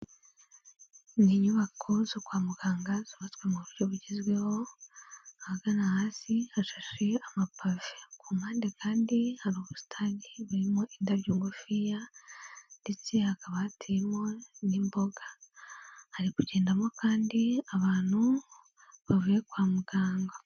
Ni inyubako zo kwa muganga zubatswe mu buryo bugezweho, ahagana hasi hashashe amapave, ku mpande kandi hari ubusitani burimo indabyo ngufiya ndetse hakaba hateyemo n'imboga, hari kugendamo kandi abantu bavuye kwa muganga.